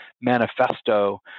manifesto